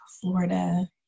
Florida